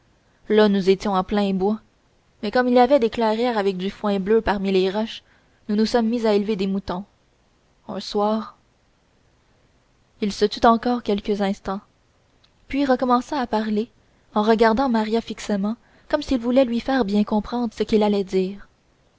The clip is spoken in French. là nous étions en plein bois mais comme il y avait des clairières avec du foin bleu parmi les roches nous nous sommes mis à élever des moutons un soir il se tut encore quelques instants puis recommença à parler en regardant maria fixement comme s'il voulait lui faire bien comprendre ce qu'il allait dire